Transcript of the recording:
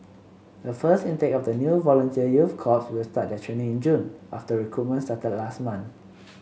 the first intake of the new volunteer youth corps will start their training in June after recruitment started last month